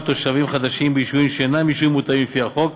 תושבים חדשים ביישובים שאינם יישובים מוטבים לפי החוק